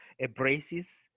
embraces